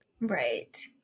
Right